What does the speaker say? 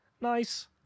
nice